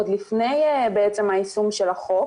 עוד לפני היישום של החוק,